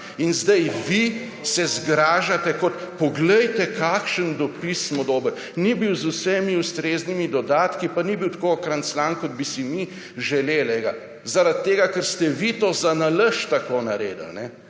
in zdaj vi ste zgražate kot »poglejte, kakšen dopis smo dobili, ni bil z vsemi ustreznimi dodatki, pa ni bil tako »okranclan« kot bi si mi želel« zaradi tega, ker ste vi to zanalašč tako naredili,